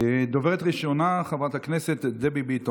ליבנו אתכם.